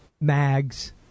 Mags